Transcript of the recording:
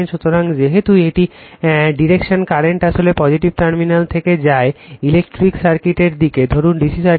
সুতরাং যেহেতু এটি ডিরেকশন কারেন্ট আসলে পজিটিভ টার্মিনাল থেকে যায় রেফার টাইম 1750 ইলেকট্রিক সার্কিটের দিকে ধরুন DC সার্কিট